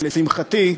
לשמחתי,